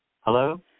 hello